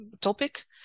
topic